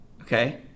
Okay